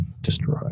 destroy